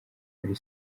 kuri